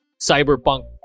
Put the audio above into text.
cyberpunk